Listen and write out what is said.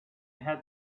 had